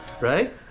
Right